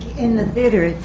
the theatre.